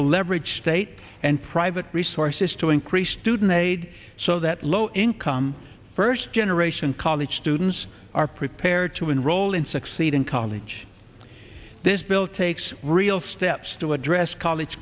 will leverage states and private resources to increase student aid so that low income first generation college students are prepared to enroll in succeed in college this bill takes real steps to address college